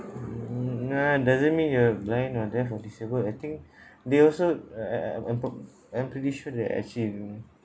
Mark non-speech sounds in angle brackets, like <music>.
mm nah doesn't mean you are blind or deaf or disabled I think <breath> they also I I I I'm pro~ I'm pretty sure that actually you